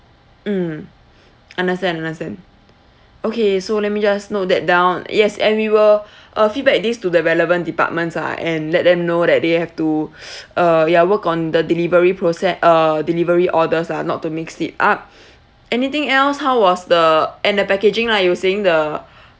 mm understand understand okay so let me just note that down yes and we will uh feedback these to the relevant departments ah and let them know that they have to uh ya work on the delivery proce~ uh delivery orders ah not to mix it up anything else how was the and the packaging lah you were saying the